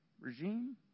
Regime